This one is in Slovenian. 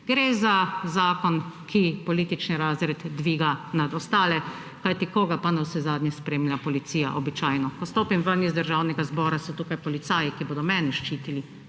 gre za zakon, ki politični razred dviga nad ostale, kajti koga pa navsezadnje običajno spremlja policija. Ko stopim iz Državnega zbora, so tukaj policaji, ki bodo mene ščitili,